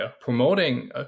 promoting